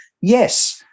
yes